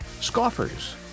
scoffers